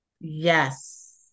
Yes